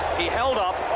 he held up,